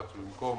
כך שבמקום